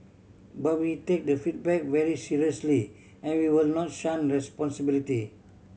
but we take the feedback very seriously and we will not shun responsibility